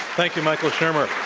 thank you, michael shermer. um